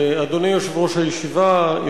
אדוני יושב-ראש הישיבה,